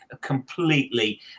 completely